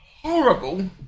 Horrible